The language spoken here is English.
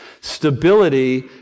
stability